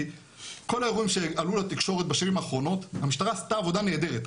כי כל האירועים שעלו לתקשורת בשנים האחרונות המשטרה עשתה עבודה נהדרת.